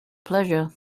pleasure